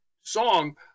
song